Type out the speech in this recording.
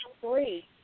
three